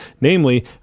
namely